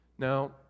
Now